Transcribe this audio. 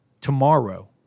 tomorrow